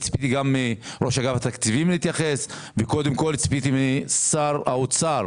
ציפיתי מראש אגף התקציבים ומשר האוצר